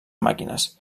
màquines